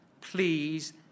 please